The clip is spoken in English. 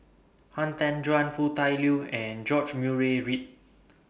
Han Tan Juan Foo Tui Liew and George Murray Reith